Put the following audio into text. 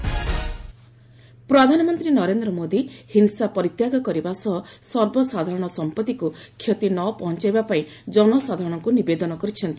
PM rally ପ୍ରଧାନମନ୍ତ୍ରୀ ନରେନ୍ଦ୍ର ମୋଦି ହିଂସା ପରିତ୍ୟାଗ କରିବା ସହ ସର୍ବସାଧାରଣ ସମ୍ପତ୍ତିକୁ କ୍ଷତି ନ ପହଞ୍ଚାଇବାପାଇଁ ଜନସାଧାରଣଙ୍କୁ ନିବେଦନ କରିଛନ୍ତି